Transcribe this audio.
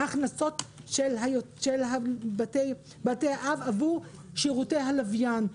ההוצאות של בתי האב עבור שירותי הלוויין.